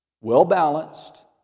Well-balanced